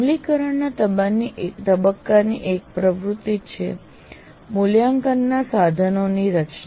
અમલીકરણના તબક્કામાંની એક પ્રવૃત્તિ છે મૂલ્યાંકનના સાધનોની રચના